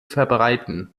verbreiten